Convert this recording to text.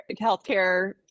healthcare